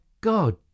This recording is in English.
god